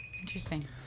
Interesting